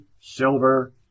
silver